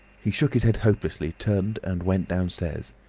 he shook his head hopelessly, turned, and went downstairs.